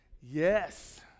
Yes